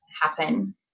happen